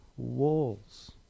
Walls